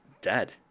dead